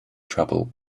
trouble